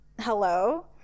hello